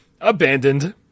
abandoned